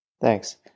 Thanks